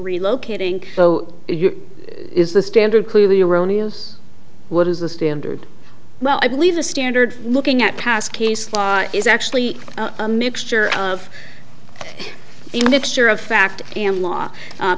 relocating so is the standard clearly erroneous what is the standard well i believe the standard looking at cas case law is actually a mixture of the mixture of fact and law